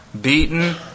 beaten